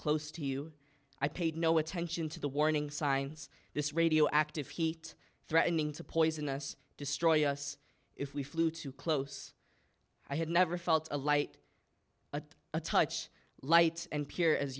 close to you i paid no attention to the warning signs this radioactive heat threatening to poisonous destroy us if we flew too close i had never felt a light but a touch light and pure as